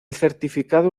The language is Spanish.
certificado